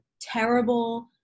terrible